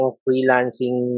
freelancing